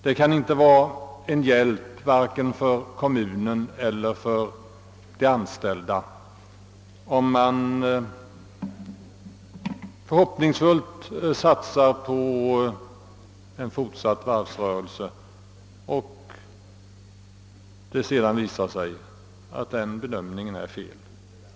Det kan inte vara till hjälp vare sig för kommunen eller för de anställda att vi förhoppningsfullt satsar på en fortsatt varvsrörelse, som senare visar sig vara en felspekulation.